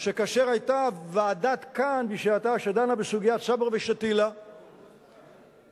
שכאשר ועדת-כהן בשעתה דנה בסוגיית סברה ושתילה היא קבעה,